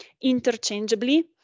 interchangeably